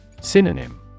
Synonym